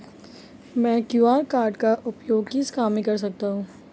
मैं QR code का उपयोग किस काम में कर सकता हूं?